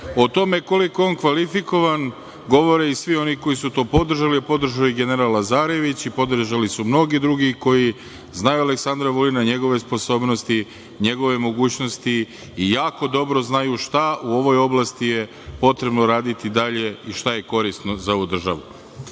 O tome koliko je on kvalifikovan govore i svi oni koji su to podržali, a podržao je i general Lazarević, i podražili su mnogi drugi koji znaju Aleksandra Vulina, njegove sposobnosti, njegove mogućnosti i jako dobro znaju šta je u ovoj oblasti potrebno raditi dalje i šta je korisno za ovu